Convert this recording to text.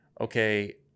okay